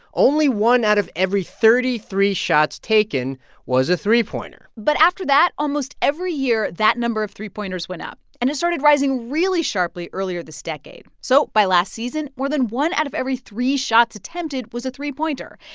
only one out of every thirty three shots taken was a three pointer but after that, almost every year, that number of three pointers went up. and it started rising really sharply earlier this decade. so by last season, more than one out of every three shots attempted was a three pointer.